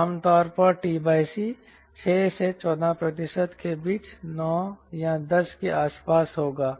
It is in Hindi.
आमतौर पर t c 6 से 14 के बीच 9 10 के आसपास होगा